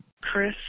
Chris